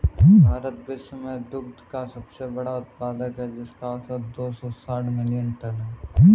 भारत विश्व में दुग्ध का सबसे बड़ा उत्पादक है, जिसका औसत दो सौ साठ मिलियन टन है